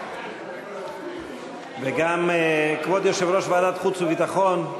גם כבוד יושב-ראש ועדת חוץ וביטחון,